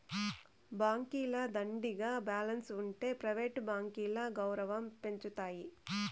బాంకీల దండిగా బాలెన్స్ ఉంటె ప్రైవేట్ బాంకీల గౌరవం పెంచతాయి